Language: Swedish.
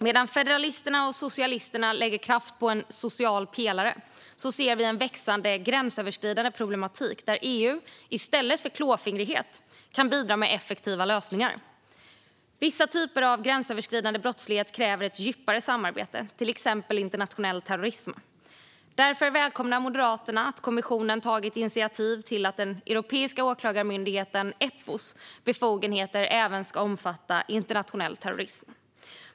Medan federalisterna och socialisterna lägger kraft på en social pelare ser vi en växande, gränsöverskridande problematik där EU kan bidra med effektiva lösningar i stället för med klåfingrighet. Vissa typer av gränsöverskridande brottslighet kräver ett djupare samarbete, till exempel internationell terrorism. Därför välkomnar Moderaterna att kommissionen tagit initiativ till att befogenheterna för den europeiska åklagarmyndigheten, Eppo, även ska omfatta internationell terrorism.